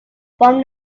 from